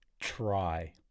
try